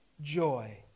...joy